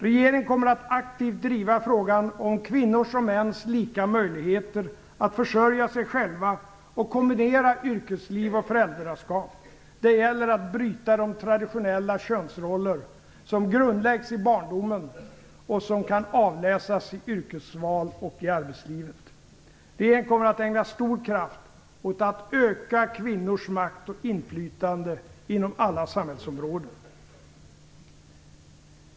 Regeringen kommer att aktivt driva frågan om kvinnors och mäns lika möjlighet att försörja sig själva och att kombinera yrkesliv och föräldraskap. Det gäller att tidigt bryta de traditionella könsroller som grundläggs i barndomen och som kan avläsas i yrkesval och i arbetslivet. Regeringen kommer att ägna stor kraft åt att öka kvinnors makt och inflytande inom alla samhällsområden.